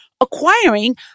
acquiring